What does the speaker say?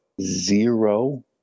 zero